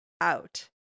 out